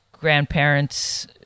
grandparents